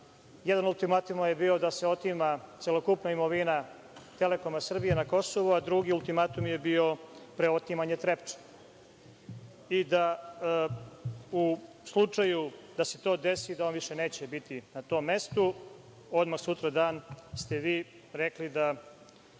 Jedan ultimatum je bio da se otima celokupna imovina „Telekoma Srbije“ na Kosovu, a drugi ultimatum je bio preotimanje „Trepče“ i da u slučaju da se to desi, da on više neće biti na tom mestu. Odmah sutradan ste vi rekli da